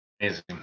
Amazing